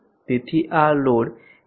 તેથી આ લોડ 1 વિશે છે